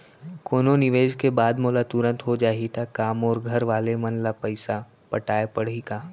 कोनो निवेश के बाद मोला तुरंत हो जाही ता का मोर घरवाले मन ला पइसा पटाय पड़ही का?